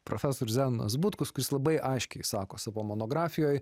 profesorius zenonas butkus kuris labai aiškiai sako savo monografijoj